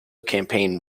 campaign